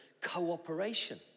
cooperation